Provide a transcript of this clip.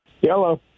hello